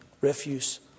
refuse